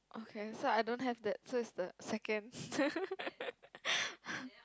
okay so I don't have the so it's the second